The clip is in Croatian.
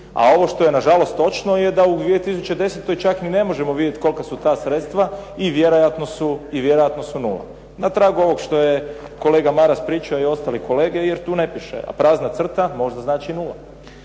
A ovo što je na žalost točno je da u 2010. čak ni ne možemo vidjeti kolika su ta sredstva i vjerojatno su nula. Na tragu ovog što je kolega Maras pričao i ostali kolege, jer tu ne piše, a prazna crta možda znači nula.